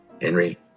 Henry